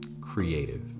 Creative